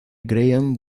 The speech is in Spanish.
graham